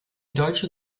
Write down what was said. deutsche